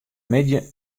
middei